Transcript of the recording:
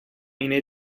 اینه